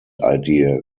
idea